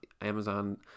Amazon